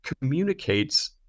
communicates